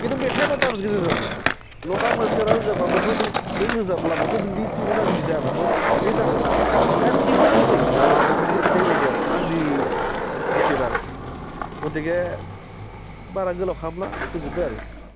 खिन्थु मेथाइआ लता मांगेसका रोजाबनाय लता मांगेसकारा रोजाबबाबोथ' नों नों रोजाबब्लाबोथ नोंनि टिउना जुदि जायाबाथ' बे जाखाला बे टिउनानो मेइन गथिखे बेबायदि आरो आंनि मथेबा आरो गथिखे बारा गोलाव खालामला फोजोबबाय आरो